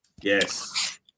Yes